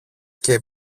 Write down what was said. και